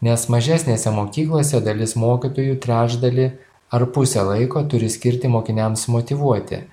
nes mažesnėse mokyklose dalis mokytojų trečdalį ar pusę laiko turi skirti mokiniams motyvuoti